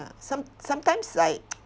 some sometimes like